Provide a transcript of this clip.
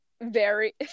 very-